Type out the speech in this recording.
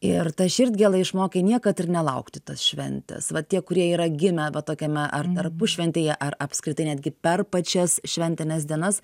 ir ta širdgėla išmokė niekad ir nelaukti tos šventės vat tie kurie yra gimę vat tokiame ar tarpušventyje ar apskritai netgi per pačias šventines dienas